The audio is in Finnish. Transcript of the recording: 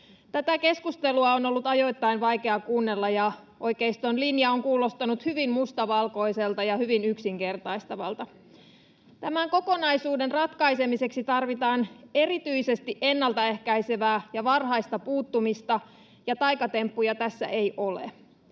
Tätä keskustelua on ollut ajoittain vaikea kuunnella, ja oikeiston linja on kuulostanut hyvin mustavalkoiselta ja hyvin yksinkertaistavalta. Tämän kokonaisuuden ratkaisemiseksi tarvitaan erityisesti ennaltaehkäisevää ja varhaista puuttumista. Taikatemppuja tässä ei ole.